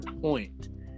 point